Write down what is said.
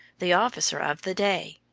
the officer of the day.